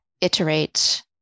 iterate